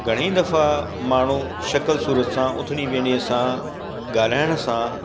घणेई दफ़ा माण्हू शकल सूरत सां उथणी वेहणीअ सां ॻाल्हाइण सां